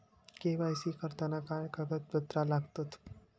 KYC करताना काय कागदपत्रा लागतत?